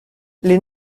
les